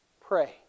Pray